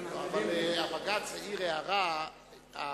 אבל הבג"ץ העיר הערה לכנסת.